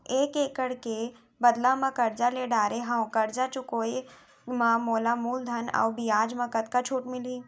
एक एक्कड़ के बदला म करजा ले डारे हव, करजा चुकाए म मोला मूलधन अऊ बियाज म कतका छूट मिलही?